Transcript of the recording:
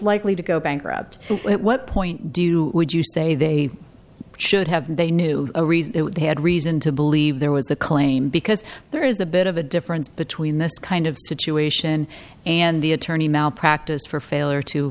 likely to go bankrupt what point do you would you say they should have they knew a reason they had reason to believe there was a claim because there is a bit of a difference between this kind of situation and the attorney malpractise for failure to